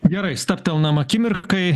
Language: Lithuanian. gerai stabtelnam akimirkai